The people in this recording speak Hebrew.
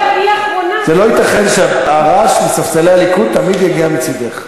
זה לא ייתכן שהרעש מספסלי הליכוד תמיד יגיע מצדך.